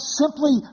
simply